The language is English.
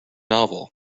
novel